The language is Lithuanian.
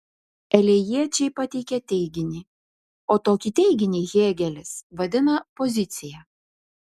elėjiečiai pateikė teiginį o tokį teiginį hėgelis vadina pozicija